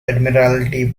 admiralty